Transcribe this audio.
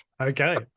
okay